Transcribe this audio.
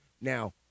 Now